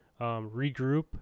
regroup